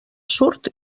surt